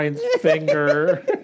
finger